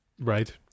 Right